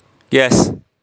yes